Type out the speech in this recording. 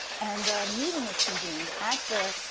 and a meeting was convened at the,